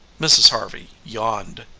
mrs. harvey yawned.